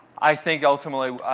i think ultimately,